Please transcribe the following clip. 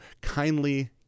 kindly